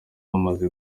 bamaze